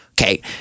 Okay